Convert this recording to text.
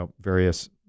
various